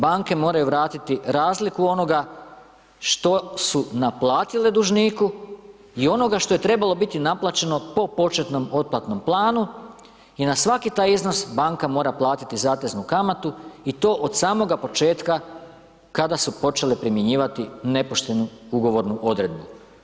Banke moraju vratiti razliku onoga što su naplatile dužniku i onoga što je trebalo biti naplaćeno po početnom otplatnom planu i na svaki taj iznos banka mora platiti zateznu kamatu i to od samoga početka kada su počele primjenjivati nepoštenu ugovornu odredbu.